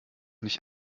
nicht